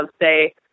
say